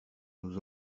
nous